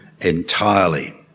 entirely